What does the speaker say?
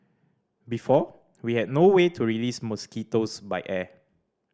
before we had no way to release mosquitoes by air